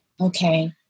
okay